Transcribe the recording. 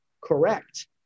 correct